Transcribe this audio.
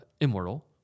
immortal